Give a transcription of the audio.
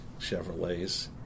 Chevrolets